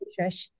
Trish